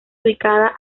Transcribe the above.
ubicada